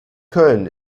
köln